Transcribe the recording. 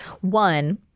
One